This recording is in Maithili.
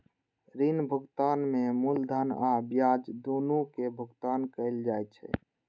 ऋण भुगतान में मूलधन आ ब्याज, दुनू के भुगतान कैल जाइ छै